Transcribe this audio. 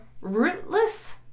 rootless